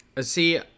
See